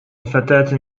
فتاة